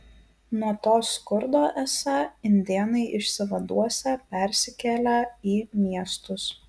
nuo to skurdo esą indėnai išsivaduosią persikėlę į miestus